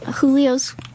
Julio's